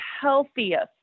healthiest